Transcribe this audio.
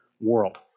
world